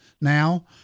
now